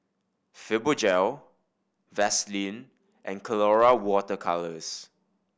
Fibogel Vaselin and Colora Water Colours